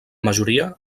majoria